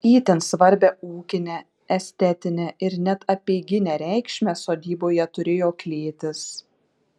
itin svarbią ūkinę estetinę ir net apeiginę reikšmę sodyboje turėjo klėtys